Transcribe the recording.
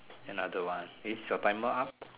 another one eh is your timer up